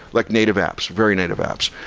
like native apps, very native apps.